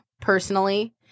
personally